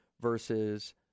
Versus